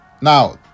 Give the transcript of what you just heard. Now